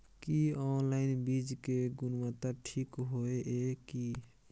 की online बीज के गुणवत्ता ठीक होय ये की?